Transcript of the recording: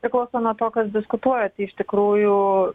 priklauso nuo to kas diskutuoja tai iš tikrųjų